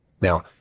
Now